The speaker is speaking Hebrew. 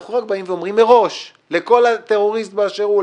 אנחנו רק באים ואומרים מראש לכל טרוריסט באשר הוא,